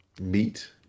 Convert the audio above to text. meat